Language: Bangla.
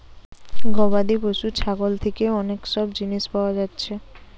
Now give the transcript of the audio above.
গবাদি পশু ছাগল থিকে অনেক সব জিনিস পায়া যাচ্ছে